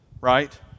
right